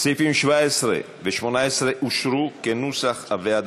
סעיפים 17 ו-18 אושרו כנוסח הוועדה,